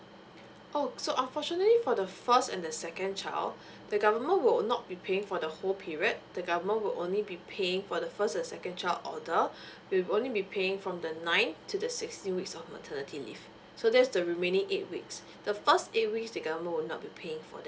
oh so unfortunately for the first and the second child the government will not be paying for the whole period the government will only be paying for the first and second child order we'll only be paying from the ninth to the sixteen weeks of maternity leave so that's the remaining eight weeks the first eight weeks the government will not be paying for